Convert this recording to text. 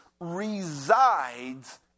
resides